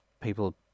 people